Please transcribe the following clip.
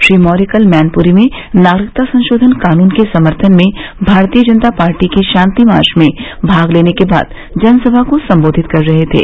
श्री मौर्य कल मैनपुरी में नागरिकता संशोधन कानून के समर्थन में भारतीय जनता पार्टी के शांति मार्च में भाग लेने के बाद जनसभा को संबोधित कर रहे थे